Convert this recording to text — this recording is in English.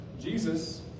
Jesus